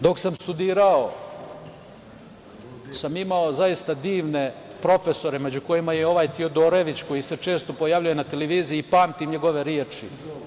Dok sam studirao imao sam zaista divne profesore, među kojima je i ovaj Tiodorović koji se često pojavljuje na televiziji, pamtim njegove reči.